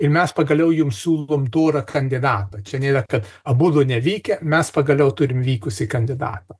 ir mes pagaliau jum siūlom dorą kandidatą čia nėra kad abudu nevykę mes pagaliau turim vykusį kandidatą